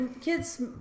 kids